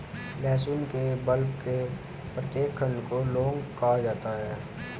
लहसुन के बल्ब के प्रत्येक खंड को लौंग कहा जाता है